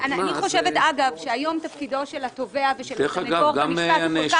אני חושבת שהיום תפקידו של התובע במשפט הוא כל כך